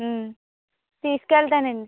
తిసుకువెళ్తా అండి